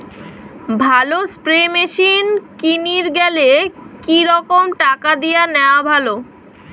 ভালো spray machine কিনির গেলে কি রকম টাকা দিয়া নেওয়া ভালো?